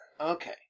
Okay